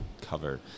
cover